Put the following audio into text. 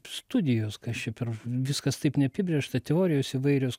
studijos kas čia per viskas taip neapibrėžta teorijos įvairios